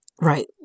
Right